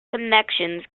connections